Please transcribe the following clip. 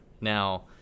Now